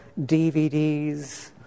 DVDs